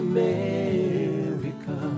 America